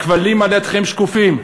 הכבלים על ידיכם שקופים,